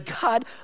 God